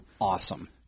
awesome